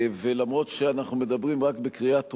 ולמרות שאנחנו מדברים רק בקריאה טרומית,